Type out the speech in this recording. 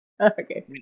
Okay